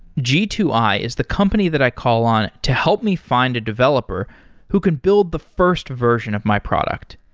g two i is the company that i call on to help me find a developer who can build the first version of my product.